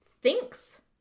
thinks